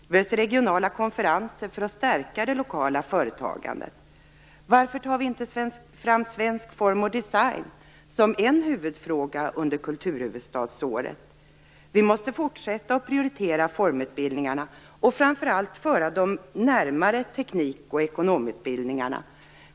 Det behövs regionala konferenser för att stärka det lokala företagandet. Varför tar vi inte fram svensk form och design som en huvudfråga under kulturhuvudstadsåret? Vi måste fortsätta prioritera formutbildningarna och framför allt föra dem närmare teknik och ekonomutbildningarna.